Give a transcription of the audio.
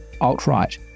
alt-right